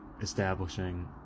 establishing